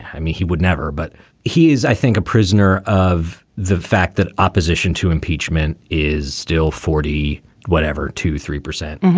i mean, he would never. but he is, i think, a prisoner of the fact that opposition to impeachment is still forty whatever to three percent.